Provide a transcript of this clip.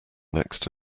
next